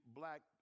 black